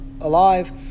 alive